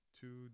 two